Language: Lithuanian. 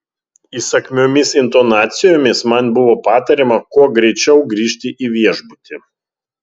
įsakmiomis intonacijomis man buvo patariama kuo greičiau grįžti į viešbutį